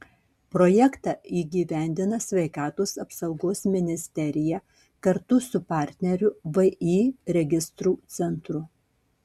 projektą įgyvendina sveikatos apsaugos ministerija kartu su partneriu vį registrų centru